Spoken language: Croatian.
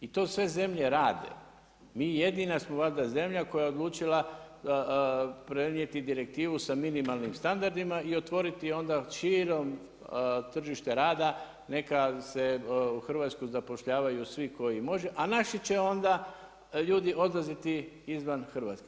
I to sve zemlje rade, mi jedina smo valjda zemlja koja je odlučila prenijeti direktivu sa minimalnim standardima i otvoriti onda širom tržište rada, neka se u Hrvatskoj zapošljavanju svi koji može, a naši će onda ljudi odlaziti izvan Hrvatske.